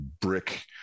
brick